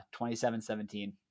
27-17